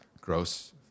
Gross